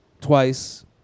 twice